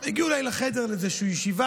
הגיעו אליי לחדר לישיבה,